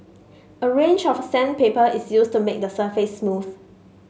a range of sandpaper is used to make the surface smooth